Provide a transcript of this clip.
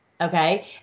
Okay